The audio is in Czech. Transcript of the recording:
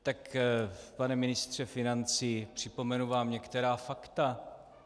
Tak pane ministře financí, připomenu vám některá fakta.